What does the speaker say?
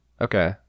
okay